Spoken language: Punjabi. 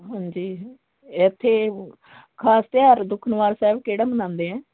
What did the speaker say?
ਹਾਂਜੀ ਇੱਥੇ ਖ਼ਾਸ ਤਿਉਹਾਰ ਦੁੱਖ ਨਿਵਾਰਨ ਸਾਹਿਬ ਕਿਹੜਾ ਮਨਾਉਂਦੇ ਹੈ